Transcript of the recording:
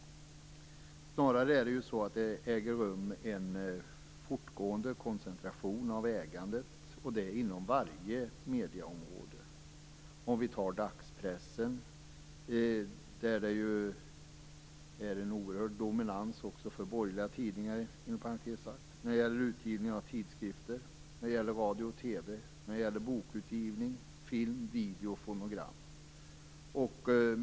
Snarare äger det rum en fortgående koncentration av ägandet inom varje medieområde. Dagspressen är oerhört dominerad av borgerliga tidningar. Detsamma gäller utgivning av tidskrifter, radio och TV, bokutgivning, film, video och fonogram.